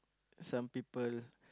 some people